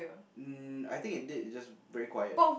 um I think it did just very quiet